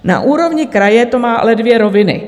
Na úrovni kraje to má ale dvě roviny.